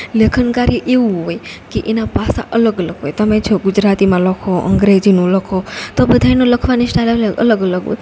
લેખન કાર્ય એવું હોય કે એના પાસા અલગ અલગ હોય તમે જો ગુજરાતીમાં લખો અંગ્રેજીનું લખો તો બધાયની લખવાની સ્ટાઈલ અલગ અલગ હોય